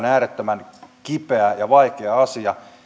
äärettömän kipeä ja vaikea asia